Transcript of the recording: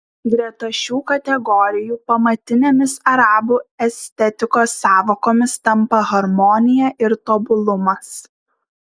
greta šių kategorijų pamatinėmis arabų estetikos sąvokomis tampa harmonija ir tobulumas